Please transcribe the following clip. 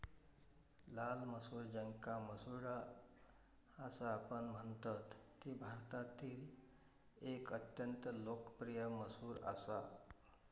लाल मसूर ज्याका मसूर डाळ असापण म्हणतत ती भारतातील एक अत्यंत लोकप्रिय मसूर असा